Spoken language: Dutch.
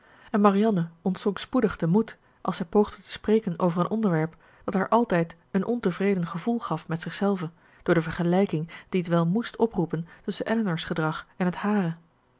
en marianne ontzonk spoedig de moed als zij poogde te spreken over een onderwerp dat haar altijd een ontevreden gevoel gaf met zichzelve door de vergelijking die het wel moest oproepen tusschen elinor's gedrag en het hare